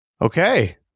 okay